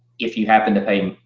if you happen to